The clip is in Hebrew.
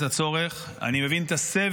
אני מבין את הצורך,